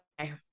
okay